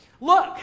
Look